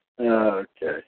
Okay